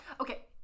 Okay